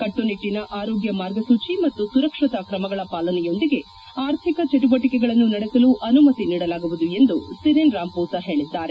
ಕಟ್ಟುನಿಟ್ಟನ ಆರೋಗ್ಯ ಮಾರ್ಗಸೂಚಿ ಮತ್ತು ಸುರಕ್ಷತಾ ಕ್ರಮಗಳ ಪಾಲನೆಯೊಂದಿಗೆ ಆರ್ಥಿಕ ಚಟುವಟಿಕೆಗಳನ್ನು ನಡೆಸಲು ಅನುಮತಿ ನೀಡಲಾಗುವುದು ಎಂದು ಸಿರಿನ್ ರಾಮಮೋಸಾ ಹೇಳಿದ್ದಾರೆ